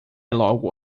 logo